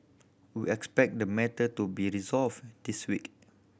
we expect the matter to be resolved this week